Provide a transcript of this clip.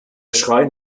schrein